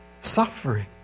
suffering